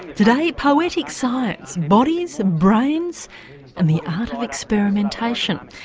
today, poetic science, bodies, brains and the art of experimentation,